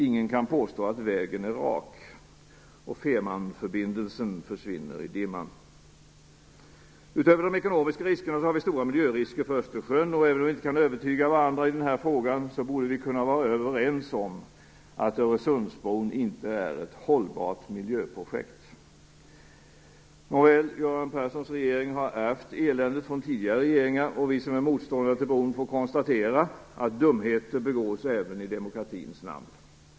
Ingen kan påstå att vägen är rak, och Fehmarnförbindelsen försvinner i dimman. Utöver de ekonomiska riskerna har vi stora miljörisker för Östersjön. Även om vi inte kan övertyga varandra i den här frågan borde vi kunna vara överens om att Öresundsbron inte är ett hållbart miljöprojekt. Nåväl, Göran Perssons regering har ärvt eländet från tidigare regeringar. Vi som är motståndare till bron får konstatera att dumheter begås även i demokratins namn.